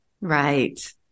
Right